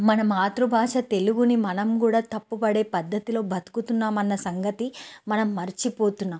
మన మాతృభాష తెలుగుని మనం కూడా తప్పు పడే పద్దతిలో బతుకుతున్నాం అన్న సంగతి మనం మర్చిపోతున్నాం